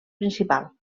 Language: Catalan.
principal